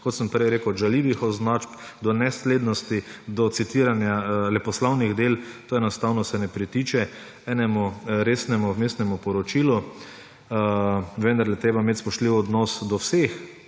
kot sem prej rekel, od žaljivih označb, nedoslednosti do citiranja leposlovnih del. To enostavno ne pritiče enemu resnemu vmesnemu poročilu, vendarle je treba imeti spoštljiv odnos do vseh,